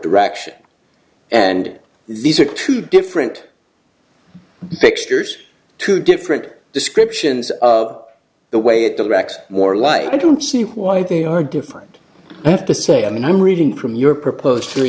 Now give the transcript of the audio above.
direction and these are two different fixtures two different descriptions of the way at the racks more like i don't see why they are different i have to say i mean i'm reading from your proposed three